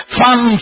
fun